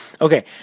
Okay